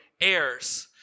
heirs